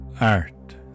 Art